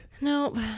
Nope